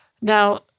Now